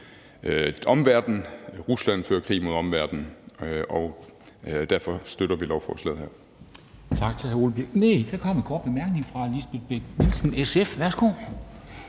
Rusland fører krig mod omverdenen. Derfor støtter vi lovforslaget.